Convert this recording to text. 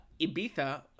ibiza